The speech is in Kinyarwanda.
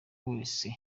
wese